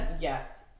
Yes